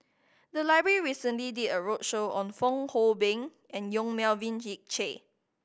the library recently did a roadshow on Fong Hoe Beng and Yong Melvin Yik Chye